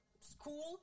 school